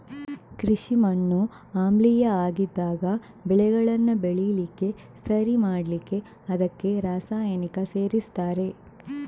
ಕೃಷಿ ಮಣ್ಣು ಆಮ್ಲೀಯ ಆಗಿದ್ದಾಗ ಬೆಳೆಗಳನ್ನ ಬೆಳೀಲಿಕ್ಕೆ ಸರಿ ಮಾಡ್ಲಿಕ್ಕೆ ಅದಕ್ಕೆ ರಾಸಾಯನಿಕ ಸೇರಿಸ್ತಾರೆ